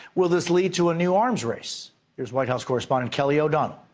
will this lead to a new arms race? here is white house correspondent kelly o'donnell.